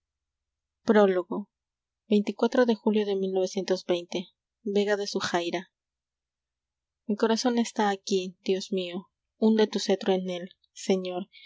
lio de julio de z ujaira i corazón está aquí m dios mío hunde tu cetro en él señor